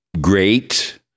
great